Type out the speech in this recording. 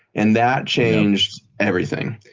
and that changed everything.